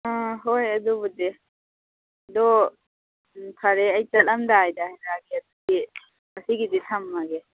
ꯎꯝ ꯍꯣꯏ ꯑꯗꯨꯕꯨꯗꯤ ꯑꯗꯣ ꯎꯝ ꯐꯔꯦ ꯑꯩ ꯆꯠꯂꯝꯗꯥꯏꯗ ꯍꯥꯏꯔꯛꯑꯒꯦ ꯑꯗꯨꯗꯤ ꯉꯁꯤꯒꯤꯗꯤ ꯊꯝꯃꯒꯦ